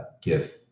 give